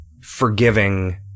forgiving